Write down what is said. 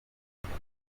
nubwo